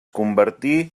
convertí